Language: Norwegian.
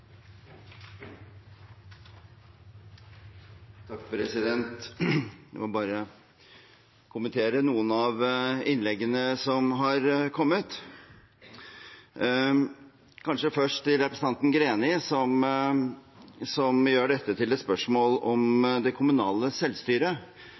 Jeg må kommentere noen av innleggene som har kommet. Kanskje først til representanten Greni, som gjør dette til et spørsmål om